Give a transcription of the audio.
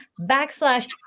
backslash